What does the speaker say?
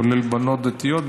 כולל בנות דתיות,